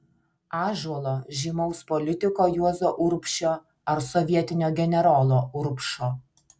ąžuolo žymaus politiko juozo urbšio ar sovietinio generolo urbšo